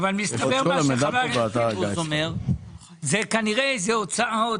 אבל מסתבר מה שחבר הכנסת פינדרוס אומר שכנראה אלה הוצאות.